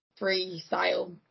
freestyle